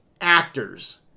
actors